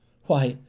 why,